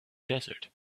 desert